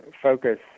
focus